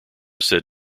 said